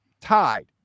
tied